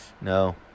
No